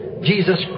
Jesus